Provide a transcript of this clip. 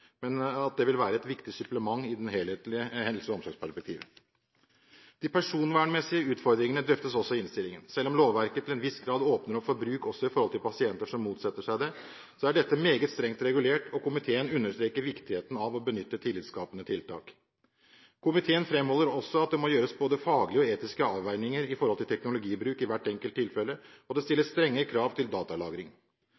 men at det vil være et viktig supplement i et helhetlig helse- og omsorgsperspektiv. De personvernmessige utfordringene drøftes også i innstillingen. Selv om lovverket til en viss grad åpner for bruk også overfor pasienter som motsetter seg det, er dette meget strengt regulert, og komiteen understreker viktigheten av å benytte tillitskapende tiltak. Komiteen framholder også at det må gjøres både faglige og etiske avveininger om teknologibruk i hvert enkelt tilfelle, og det